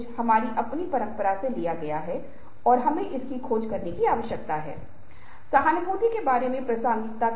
जब हम बातचीत कर रहे होते हैं तो हमें कुछ निश्चित स्थान की भी आवश्यकता होती है इसलिए ये जो डिस्टेंस एंड टेरिटरी एक दूसरे से जुड़े होते हैं